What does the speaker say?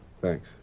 Thanks